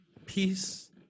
Peace